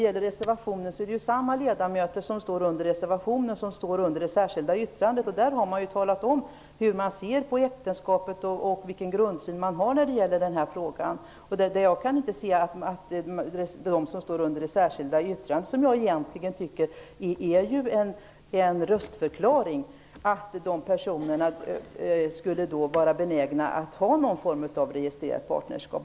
Herr talman! Det är samma ledamöter vars namn står under reservationen som står för det särskilda yttrandet. Där har man ju talat om hur man ser på äktenskapet och vilken grundsyn man har när det gäller den här frågan. Jag kan inte se att de som står för det särskilda yttrandet, som jag tycker egentligen är en röstförklaring, skulle vara benägna att ha någon form av registrerat partnerskap.